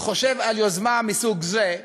חושב על יוזמה מסוג זה: